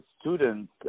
students